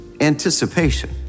anticipation